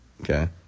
okay